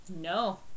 No